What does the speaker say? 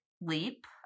leap